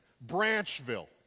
Branchville